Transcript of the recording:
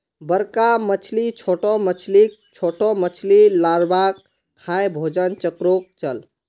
बड़का मछली छोटो मछलीक, छोटो मछली लार्वाक खाएं भोजन चक्रोक चलः